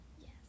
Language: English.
Yes